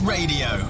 Radio